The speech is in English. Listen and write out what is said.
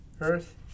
Earth